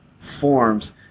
forms